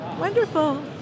Wonderful